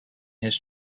his